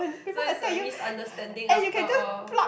so it's a misunderstanding after all